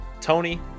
Tony